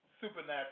supernatural